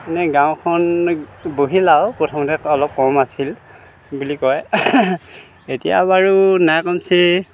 মানে গাঁওখন বহিল আৰু প্ৰথমতে অলপ কম আছিল বুলি কয় এতিয়া বাৰু নাই কমছে